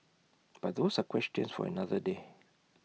but those are questions for another day